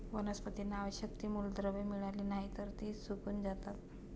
वनस्पतींना आवश्यक ती मूलद्रव्ये मिळाली नाहीत, तर ती सुकून जातात